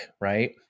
right